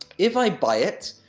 if i buy it,